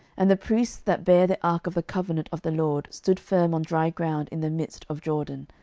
and the priests that bare the ark of the covenant of the lord stood firm on dry ground in the midst of jordan,